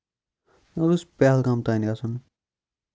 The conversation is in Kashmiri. مےٚ اوس پَہلگام تانۍ گژھُن